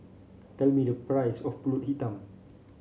tell me the price of pulut hitam